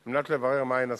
על מנת לברר מהן הזכויות.